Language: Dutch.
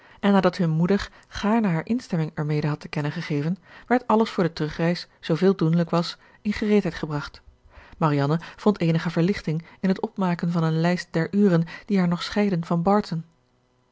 en nadat hun moeder gaarne hare instemming ermede had te kennen gegeven werd alles voor de terugreis zooveel doenlijk was in gereedheid gebracht marianne vond eenige verlichting in het opmaken van eene lijst der uren die haar nog scheidden van barton